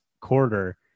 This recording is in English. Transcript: quarter